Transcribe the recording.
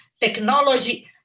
technology